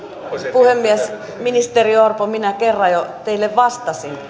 puhemies ministeri orpo minä kerran jo teille vastasin